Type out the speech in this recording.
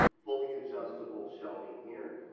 fully adjustable shelving here,